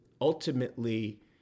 ultimately